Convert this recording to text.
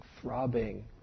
throbbing